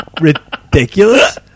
ridiculous